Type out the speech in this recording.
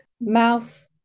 Mouth